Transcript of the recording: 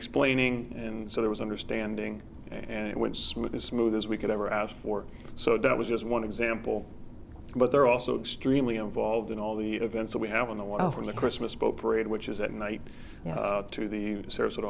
explaining and so there was understanding and it went smooth as smooth as we could ever ask for so that was just one example but they're also extremely involved in all the events that we have on the well from the christmas boat parade which is at night to the s